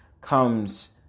comes